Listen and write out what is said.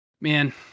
man